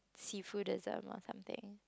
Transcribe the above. seafood-ism or something